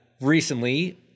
recently